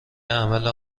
عمل